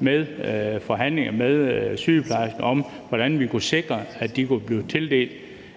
med forhandlinger med sygeplejerskerne om, hvordan vi kunne sikre, at de kunne blive tildelt